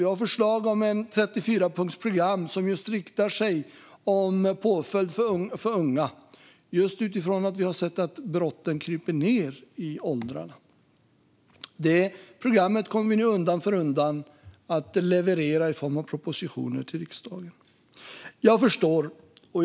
Det finns förslag i ett 34-punktsprogram som just handlar om påföljd för unga utifrån att vi har sett att brotten kryper nedåt i åldrarna. Detta program kommer vi undan för undan att leverera i form av propositioner till riksdagen. Fru talman!